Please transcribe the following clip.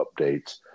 updates